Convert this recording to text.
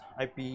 IP